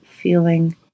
feeling